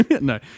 No